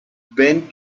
ben